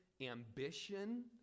ambition